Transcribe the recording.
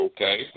Okay